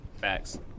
Facts